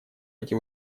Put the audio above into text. эти